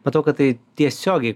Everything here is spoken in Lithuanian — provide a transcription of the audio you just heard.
matau kad tai tiesiogiai